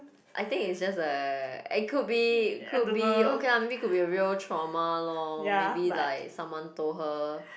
I think it's just a it could be could be okay lah maybe it could be a real trauma lor maybe like someone told her